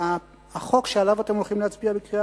החוק שעליו אתם הולכים להצביע בקריאה